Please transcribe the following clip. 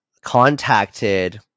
contacted